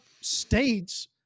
states